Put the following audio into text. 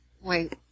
wait